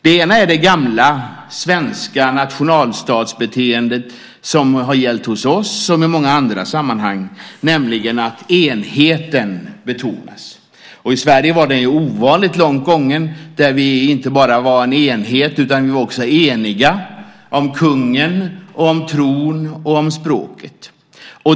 Det ena är det gamla svenska nationalstatsbeteendet, som har gällt hos oss som i många andra sammanhang, nämligen att enheten betonas. I Sverige var den ovanligt långt gången tidigt där vi inte bara var en enhet utan också var eniga om kungen, om tron, om språket.